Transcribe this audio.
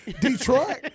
Detroit